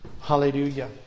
Hallelujah